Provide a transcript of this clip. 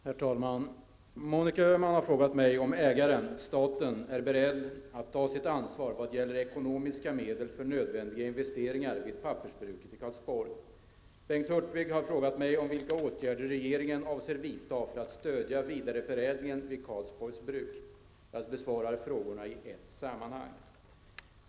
Herr talman! Monica Öhman har frågat mig om ägaren, staten, är beredd att ta sitt ansvar vad gäller ekonomiska medel för nödvändiga investeringar vid pappersbruket i Karlsborg. Bengt Hurtig har frågat mig vilka åtgärder regeringen avser vidta för att stödja vidareförädlingen vid Karlsborgs bruk. Jag besvarar frågorna i ett sammanhang.